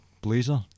blazer